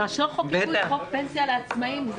כאשר חוקקו את חוק פנסיה לעצמאים,